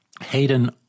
Hayden